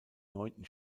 neunten